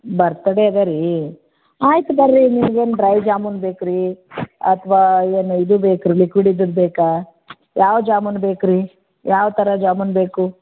birthday ಅದಾ ರೀ ಆಯ್ತು ಬರ್ರಿ ನಿಮ್ಗೆ ಏನು ಡ್ರೈ ಜಾಮೂನು ಬೇಕಾ ರೀ ಅಥವಾ ಏನು ಇದು ಬೇಕು ರೀ ಲಿಕ್ವಿಡ್ ಇದ್ದದ್ದು ಬೇಕಾ ಯಾವ ಜಾಮೂನು ಬೇಕು ರೀ ಯಾವ ಥರ ಜಾಮೂನು ಬೇಕು